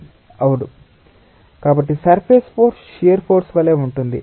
విద్యార్థి కాబట్టి surface force shear force వలె ఉంటుంది